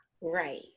Right